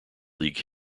league